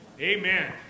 Amen